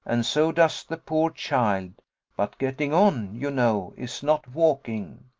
and so does the poor child but, getting on, you know, is not walking.